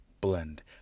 Blend